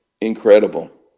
incredible